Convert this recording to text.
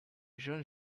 jean